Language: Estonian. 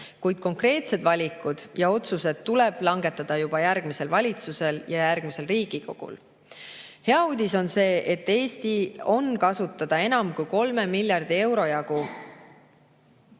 kuid konkreetsed valikud ja otsused tuleb langetada juba järgmisel valitsusel ja järgmisel Riigikogul. Hea uudis on see, et Eestil on kasutada enam kui 3 miljardi euro jagu